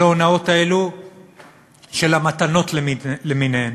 על ההונאות האלה של ה"מתנות" למיניהן.